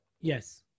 Yes